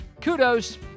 kudos